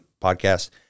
podcast